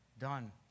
done